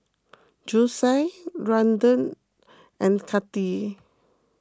Josiah Randle and Kati